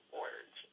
words